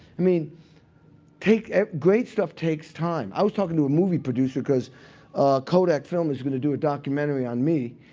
i mean ah great stuff takes time. i was talking to a movie producer, because kodak film is going to do a documentary on me.